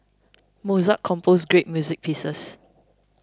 Mozart composed great music pieces